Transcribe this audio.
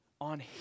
on